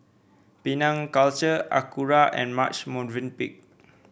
Penang Culture Acura and Marche Movenpick